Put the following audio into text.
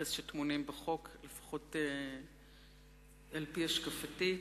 וההרס שטמונים בחוק, לפחות על-פי השקפתי,